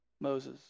Moses